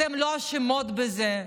אתן לא אשמות בזה.